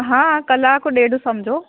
हा कलाक ॾेढु सम्झो